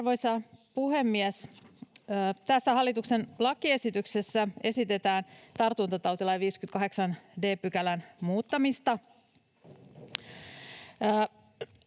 Arvoisa puhemies! Tässä hallituksen lakiesityksessä esitetään tartuntatautilain 58 d §:n muuttamista.